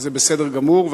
וזה בסדר גמור,